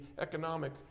economic